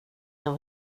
jag